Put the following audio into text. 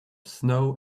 snow